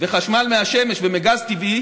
וחשמל מהשמש ומגז טבעי,